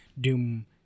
Doom